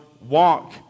walk